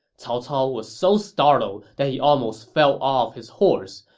cao cao was so startled that he almost fell off his horse.